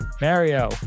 Mario